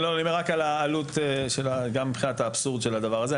אני אומר רק על העלות גם מבחינת האבסורד של הדבר הזה.